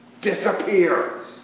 disappear